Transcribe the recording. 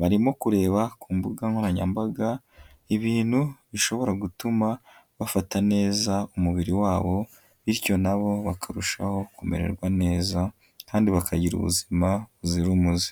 Barimo kureba ku mbuga nkoranyambaga ibintu bishobora gutuma bafata neza umubiri wabo bityo na bo bakarushaho kumererwa neza kandi bakagira ubuzima buzira umuze.